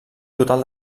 total